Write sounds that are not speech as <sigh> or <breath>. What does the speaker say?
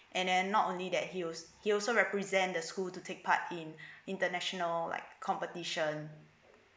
and then not only that he was he also represent the school to take part in <breath> international like competition